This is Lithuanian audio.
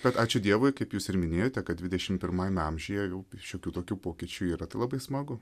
bet ačiū dievui kaip jūs ir minėjote kad dvidešim pirmajame amžiuje jau šiokių tokių pokyčių yra tai labai smagu